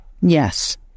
Yes